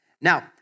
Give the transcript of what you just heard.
Now